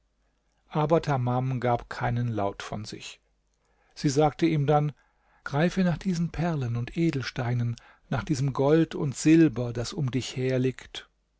aber tamam gab keinen laut von sich sie sagte ihm dann greife nach diesen perlen und edelsteinen nach diesem gold und silber das um dich herliegt